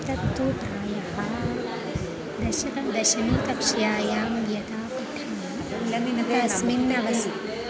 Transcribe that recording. तत्तु प्रायः दशकं दशमकक्ष्यायां यदा पथ्यमानं तस्मिन् अवसि